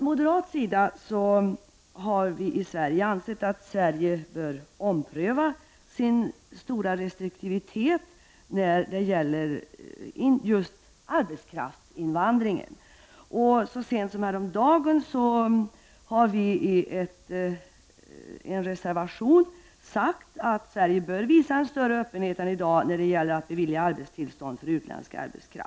Moderaterna anser att Sverige bör ompröva sin stora restriktivitet när det gäller just arbetskraftsinvandringen. Så sent som häromdagen sade vi i en reservation att Sverige bör visa en större öppenhet än i dag i fråga om att bevilja arbetstillstånd för utländsk arbetskraft.